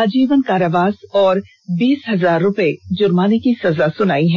आजीवन कारावास और बीस हजार रूपये का आर्थिक दंड की सजा सुनाई है